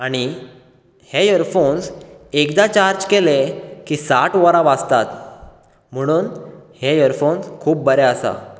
आनी हे यरफोन्स एकदा चार्ज केले की साठ वरां वाजतात म्हणून हे यरफोन्स खूब बरें आसा